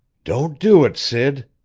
don't do it, sid!